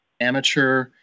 amateur